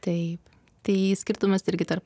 taip tai skirtumas irgi tarp